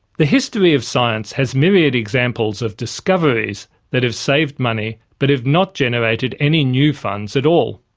the history of science has myriad examples of discoveries that have saved money but have not generated any new funds at all.